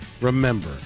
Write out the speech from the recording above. remember